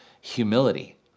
humility